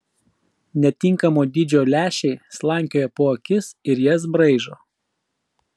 netinkamo dydžio lęšiai slankioja po akis ir jas braižo